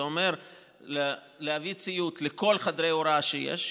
זה אומר להביא ציוד לכל חדרי ההוראה שיש,